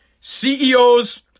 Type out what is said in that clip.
CEOs